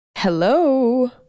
Hello